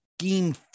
scheme